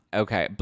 okay